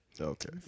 okay